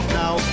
now